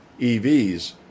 EVs